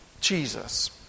Jesus